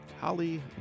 Holly